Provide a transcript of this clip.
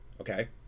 Okay